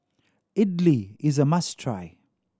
idili is a must try